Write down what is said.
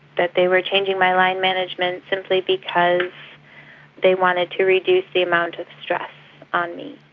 that they were changing my line management simply because they wanted to reduce the amount of stress on me.